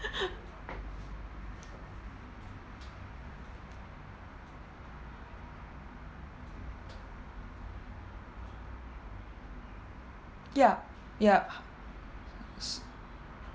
ya ya